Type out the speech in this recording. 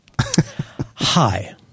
Hi